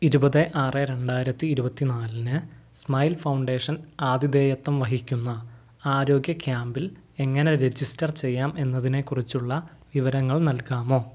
ഇരുപത് ആറ് രണ്ടായിരത്തി ഇരുപത്തിനാലിന് സ്മൈൽ ഫൗണ്ടേഷൻ ആതിഥേയത്വം വഹിക്കുന്ന ആരോഗ്യ ക്യാമ്പിൽ എങ്ങനെ രജിസ്റ്റർ ചെയ്യാം എന്നതിനെക്കുറിച്ചുള്ള വിവരങ്ങൾ നൽകാമോ